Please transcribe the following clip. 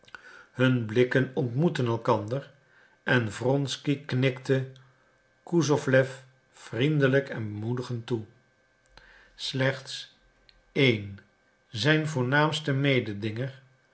hun blikken ontmoetten elkander en wronsky knikte kusowlew vriendelijk en bemoedigend toe slechts een zijn voornaamsten mededinger